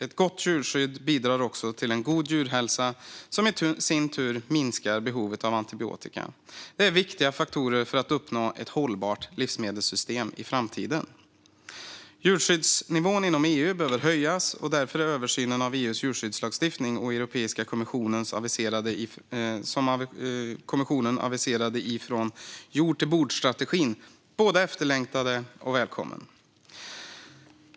Ett gott djurskydd bidrar också till en god djurhälsa, vilket i sin tur minskar behovet av antibiotika. Detta är viktiga faktorer för att uppnå ett hållbart livsmedelssystem i framtiden. Djurskyddsnivån inom EU behöver höjas, och därför är den översyn av EU:s djurskyddslagstiftning som Europeiska kommissionen aviserade i strategin från jord till bord både efterlängtad och välkommen.